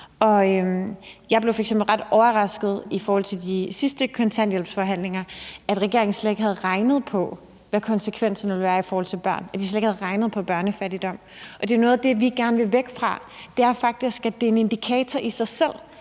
vi sammen har stillet os. Jeg blev i forhold til f.eks. de seneste kontanthjælpsforhandlinger ret overrasket over, at regeringen slet ikke havde regnet på, hvad konsekvenserne ville være i forhold til børn, altså at de slet ikke havde regnet på børnefattigdom. Det er noget af det, vi gerne vil væk fra. Det er faktisk en indikator i sig selv,